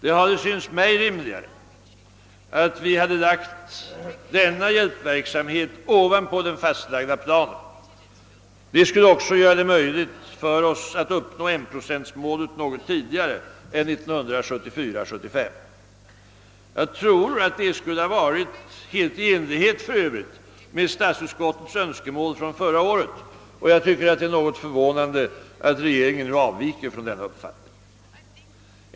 Det hade synts mig rimligare att vi lagt denna hjälpverksamhet ovanpå den fastlagda planen. Det skulle också göra det möjligt för oss att uppnå enprocentmålet något tidigare än 1974—1975. Jag tror att det för övrigt skulle ha varit helt i enlighet med statsutskottets önskemål förra året, och jag tycker det är något förvånande att regeringen nu avviker från denna uppfattning.